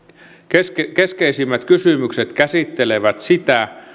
tulevaisuudesta keskeisimmät kysymykset käsittelevät sitä